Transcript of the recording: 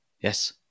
Yes